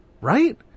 right